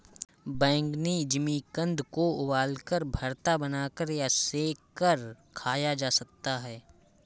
बैंगनी जिमीकंद को उबालकर, भरता बनाकर या सेंक कर खाया जा सकता है